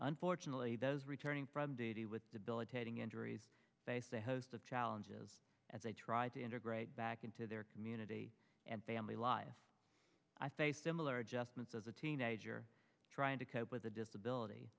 unfortunately those returning from duty with debilitating injuries face a host of challenges as they try to integrate back into their community and family life i faced similar adjustments as a teenager trying to cope with a disability